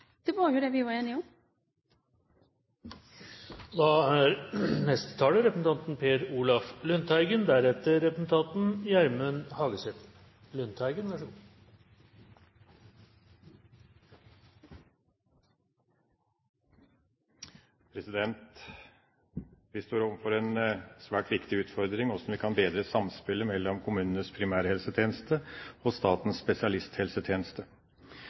Det var jo dette vi var enige om. Vi står overfor en svært viktig utfordring som kan bedre samspillet mellom kommunenes primærhelsetjeneste og statens spesialisthelsetjeneste.